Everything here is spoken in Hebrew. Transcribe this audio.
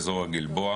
בכפרים.